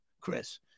Chris